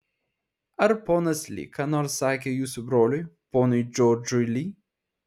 ar ponas li ką nors sakė jūsų broliui ponui džordžui li